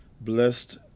blessed